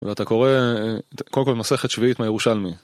ואתה קורא, קודם כל, מסכת שביעית מהירושלמי.